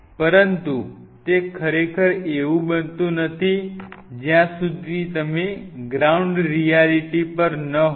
પરંતુ તે ખરેખર એવું બનતું નથી જ્યાં સુધી તમે ગ્રાઉન્ડ રિયાલિટી પર ન હોવ